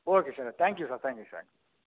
okay sir thank you sir thank you sir